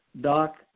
Doc